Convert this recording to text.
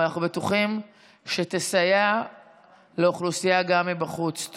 ואנחנו בטוחים שתסייע לאוכלוסייה גם מבחוץ.